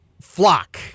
flock